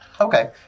Okay